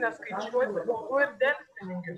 neskaičiuoti baudų ir delspinigių